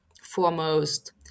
foremost